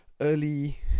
early